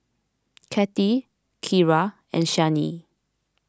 Cathi Kira and Shianne